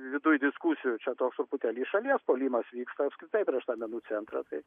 viduj diskusijų čia toks truputėlį iš šalies puolimas vyksta apskritai prieš tą menų centrą tai